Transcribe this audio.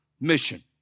mission